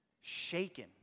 shaken